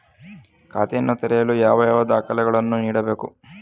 ಖಾತೆಯನ್ನು ತೆರೆಯಲು ಯಾವ ಯಾವ ದಾಖಲೆಗಳನ್ನು ನೀಡಬೇಕು?